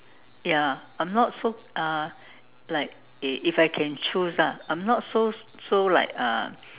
ya I'm not so uh like if if I can choose ah I'm not so so like uh